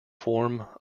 form